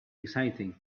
exciting